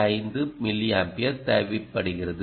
5 milliampere தேவைப்படுகிறது